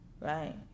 right